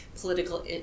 political